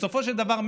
בסופו של דבר,